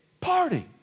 party